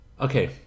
Okay